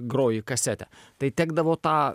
groji kasetę tai tekdavo tą